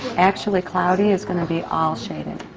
actually, cloudy is gonna be all shaded.